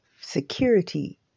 security